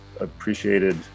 appreciated